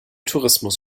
tourismus